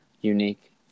unique